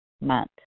month